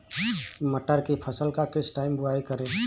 मटर की फसल का किस टाइम बुवाई करें?